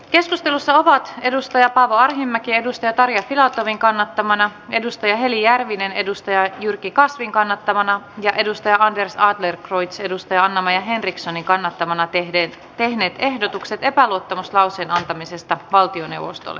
keskustelussa ovat paavo arhinmäki tarja filatovin kannattamana heli järvinen jyrki kasvin kannattamana ja anders adlercreutz anna maja henrikssonin kannattamana tehneet ehdotukset epäluottamuslauseen antamisesta valtioneuvostolle